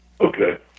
Okay